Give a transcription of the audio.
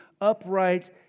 upright